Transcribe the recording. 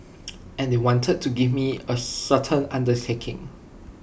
and they wanted to me to give A certain undertaking